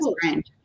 brand